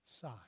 side